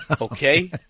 okay